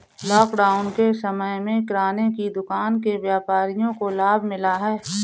lockdown के समय में किराने की दुकान के व्यापारियों को लाभ मिला है